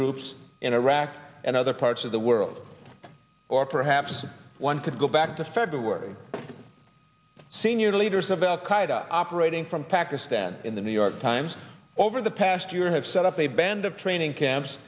groups in iraq and other parts of the world or perhaps one could go back to february senior leaders of al qaeda operating from pakistan in the new york times over the past year have set up a band of training camps